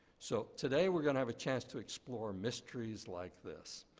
so today we're going to have a chance to explore mysteries like this,